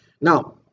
Now